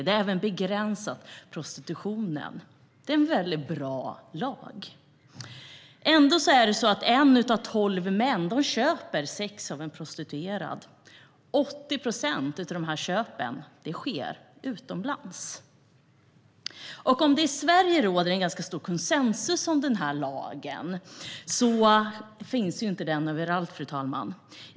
Det har även begränsat prostitutionen. Det är en väldigt bra lag. Ändå köper en av tolv män sex av en prostituerad. 80 procent av de köpen sker utomlands. Om det i Sverige råder en ganska stor konsensus om den här lagen finns den inte överallt, fru talman.